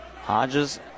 Hodges